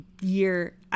year